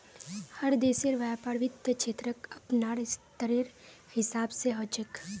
हर देशेर व्यापार वित्त क्षेत्रक अपनार स्तरेर हिसाब स ह छेक